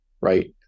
right